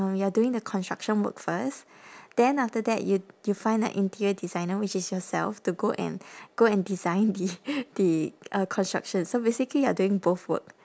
you're during the construction work first then after that you you find a interior designer which is yourself to go and go and design the the uh construction so basically you're doing both work